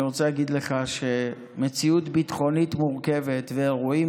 אני רוצה להגיד לך שמציאות ביטחונית מורכבת ואירועים